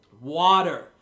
Water